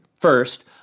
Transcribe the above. first